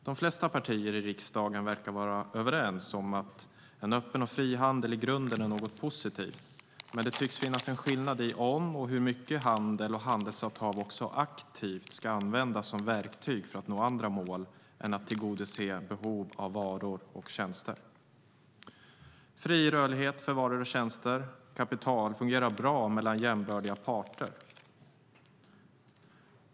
De flesta partier i riksdagen verkar vara överens om att en öppen och fri handel i grunden är något positivt, men det tycks finnas en skillnad i om, och hur mycket, handel och handelsavtal aktivt ska användas som verktyg för att nå andra mål än att tillgodose behov av varor och tjänster. Fri rörlighet för varor, tjänster och kapital fungerar bra mellan jämbördiga parter.